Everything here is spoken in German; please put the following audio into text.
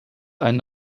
ein